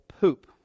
poop